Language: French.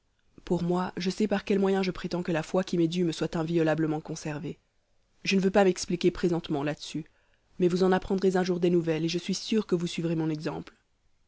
pour moi je sais par quel moyen je prétends que la foi qui m'est due me soit inviolablement conservée je ne veux pas m'expliquer présentement là-dessus mais vous en apprendrez un jour des nouvelles et je suis sûr que vous suivrez mon exemple